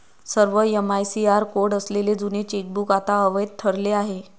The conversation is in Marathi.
सर्व एम.आय.सी.आर कोड असलेले जुने चेकबुक आता अवैध ठरले आहे